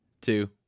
two